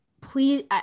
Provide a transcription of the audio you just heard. please